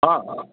ହଁ ହଁ